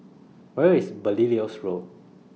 Where IS Belilios Road